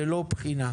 ללא בחינה?